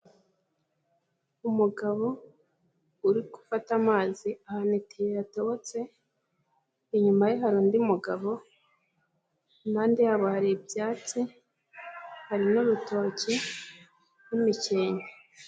Umugabo urigufata amazi ahantu itiyo yatobotse, inyuma ye hari undi mugabo, impande ya bo hari ibyatsi hari n'urutoki n'imikenke.